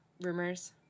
rumors